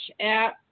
App